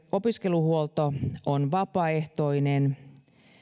opiskeluhuolto on vapaaehtoinen